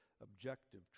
objective